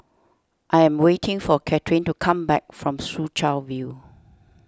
I am waiting for Kathrine to come back from Soo Chow View